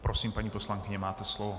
Prosím, paní poslankyně, máte slovo.